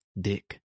Dick